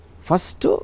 first